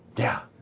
yeah.